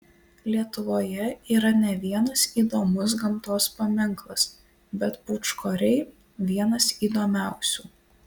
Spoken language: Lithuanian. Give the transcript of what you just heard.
lietuvoje yra ne vienas įdomus gamtos paminklas bet pūčkoriai vienas įdomiausių